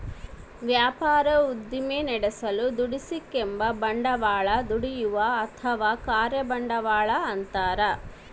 ವ್ಯಾಪಾರ ಉದ್ದಿಮೆ ನಡೆಸಲು ದುಡಿಸಿಕೆಂಬ ಬಂಡವಾಳ ದುಡಿಯುವ ಅಥವಾ ಕಾರ್ಯ ಬಂಡವಾಳ ಅಂತಾರ